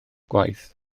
gwaith